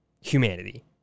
humanity